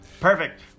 Perfect